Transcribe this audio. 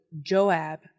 Joab